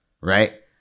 Right